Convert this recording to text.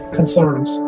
concerns